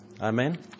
Amen